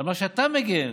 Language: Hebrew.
על מה שאתה מגן